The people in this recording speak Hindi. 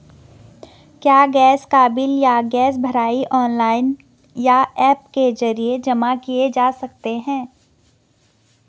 क्या गैस का बिल या गैस भराई ऑनलाइन या ऐप के जरिये जमा किये जा सकते हैं?